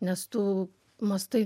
nes tu mąstai